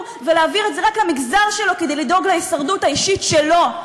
ולהעביר את זה רק למגזר שלו כדי לדאוג להישרדות האישית שלו.